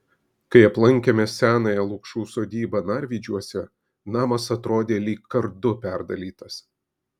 kai aplankėme senąją lukšų sodybą narvydžiuose namas atrodė lyg kardu perdalytas